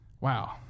Wow